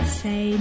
say